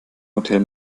hotel